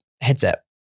headset